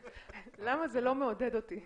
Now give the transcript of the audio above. למה זה לא מעודד אותי.